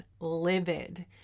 livid